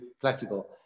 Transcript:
classical